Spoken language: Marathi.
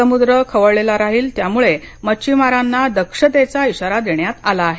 समुद्र खवळलेला राहील त्यामुळे मच्छिमारांना दक्षतेचा इशारा देण्यात आला आहे